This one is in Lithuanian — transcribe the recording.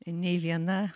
nei viena